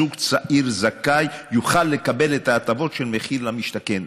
זוג צעיר זכאי יוכל לקבל את ההטבות של מחיר למשתכן.